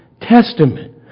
Testament